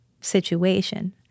situation